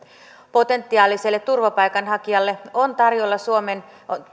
potentiaaliselle turvapaikanhakijalle on tarjolla